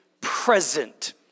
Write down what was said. present